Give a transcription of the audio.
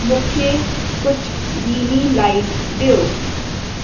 मूंखे कुझु धीमी लाइट ॾियो